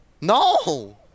No